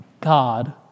God